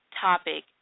topic